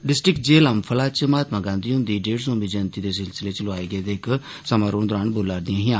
ओ district jail Ambphala च महात्मा गांधी हुंदी डेढ सौंवी जयंति दे सिलसिले च लोआए गेदे इक समारोह् दरान बोला'रदियां हियां